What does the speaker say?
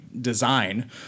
design